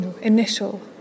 initial